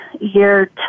year